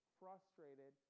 frustrated